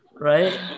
right